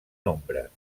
nombres